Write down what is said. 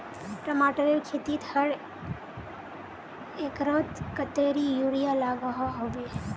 टमाटरेर खेतीत हर एकड़ोत कतेरी यूरिया लागोहो होबे?